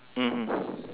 mmhmm